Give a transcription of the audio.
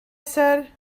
said